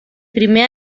primer